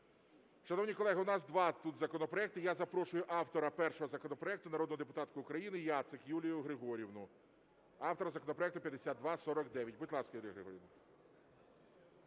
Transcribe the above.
Шановні колеги, у нас два тут законопроекти. Я запрошую автора першого законопроекту - народну депутатку України Яцик Юлію Григорівну, автора законопроекту 5249. Будь ласка, Юлія Григорівна.